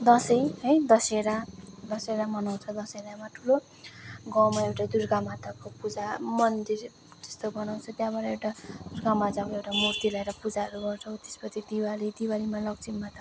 दसैँ है दसहरा मनाउँछ दसहरामा ठुलो गाउँमा एउटा दुर्गा माताको पूजा मन्दिर जस्तो बनाउँछ त्यहाँबाट एउटा दुर्गा माताको मूर्ति ल्याएर पूजाहरू गर्छौँ त्यसपछि दिवाली दिवालीमा लक्ष्मी माताको